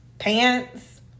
pants